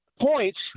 points